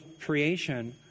creation